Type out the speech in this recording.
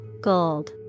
gold